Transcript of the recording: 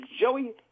Joey